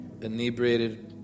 inebriated